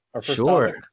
Sure